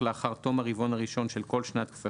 אס כן התקיימו כל אלה: (1) הוא פרסם באתר האינטרנט של העיתון,